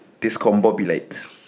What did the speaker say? discombobulate